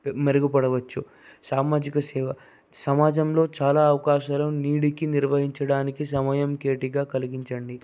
మెరుగుపడవచ్చు సామాజిక సేవ సమాజంలో చాలా అవకాశాలు నీడికి నిర్వహించడానికి సమయం కేటీగా కలిగించండి